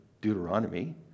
Deuteronomy